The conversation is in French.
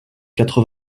quatre